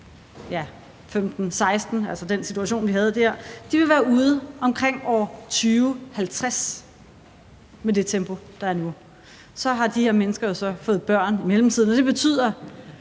2015, 2016, altså i den situation, vi havde der, være ude omkring år 2050 – med det tempo, der er nu. Og så har de her mennesker jo fået børn i mellemtiden, og det betyder,